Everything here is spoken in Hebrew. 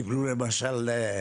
למשל,